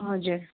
हजुर